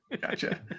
Gotcha